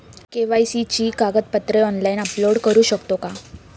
KYC ची कागदपत्रे online upload करू शकतो का?